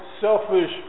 selfish